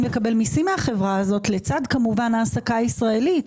לקבל מיסים מהחברה הזאת לצד כמובן העסקה ישראלית.